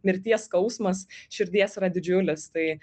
mirties skausmas širdies yra didžiulis tai